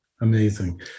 Amazing